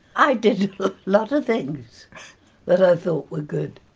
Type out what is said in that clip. i did a lot of things that i thought were good.